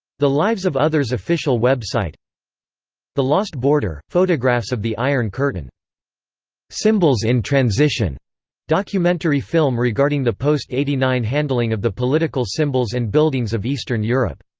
the lives of others official website the lost border photographs of the iron curtain symbols in transition documentary film regarding the post eighty nine handling of the political symbols and buildings of eastern europe